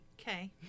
Okay